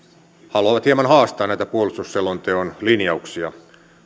haluavat hieman haastaa näitä puolustusselonteon linjauksia